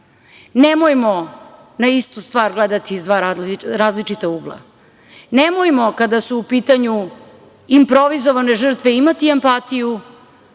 nemojmo na istu stvar gledati iz dva različita ugla, nemojmo kada su u pitanju improvizovane žrtve imati empatiju,